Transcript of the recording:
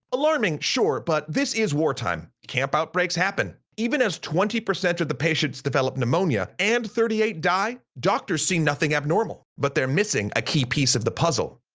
alarming, sure, but this is wartime. camp outbreaks happen. even as twenty percent of the patients develop pneumonia and thirty eight died doctors see nothing abnormal, but they're missing a key piece of the puzzle.